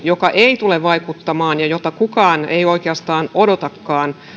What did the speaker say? joka ei tule vaikuttamaan ja jota kukaan ei oikeastaan odotakaan